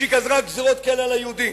היא גזרה גזירות כאלה על היהודים.